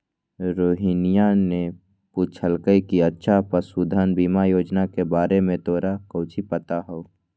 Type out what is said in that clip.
रोहिनीया ने पूछल कई कि अच्छा पशुधन बीमा योजना के बारे में तोरा काउची पता हाउ?